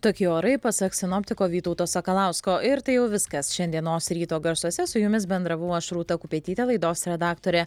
tokie orai pasak sinoptiko vytauto sakalausko ir tai jau viskas šiandienos ryto garsuose su jumis bendravau aš rūta kupetytė laidos redaktorė